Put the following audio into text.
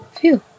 Phew